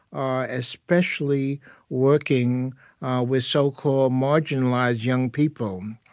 especially working with so-called marginalized young people, um